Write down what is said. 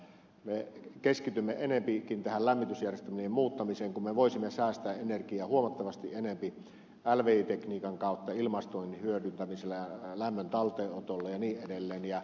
me keskitymme enempikin tähän lämmitysjärjestelmien muuttamiseen kun me voisimme säästää energiaa huomattavasti enempi lvi tekniikan kautta ilmastoinnin hyödyntämisellä ja lämmön talteenotolla ja niin edelleen